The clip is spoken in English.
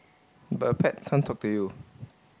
but a pet can't talk to you